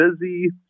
busy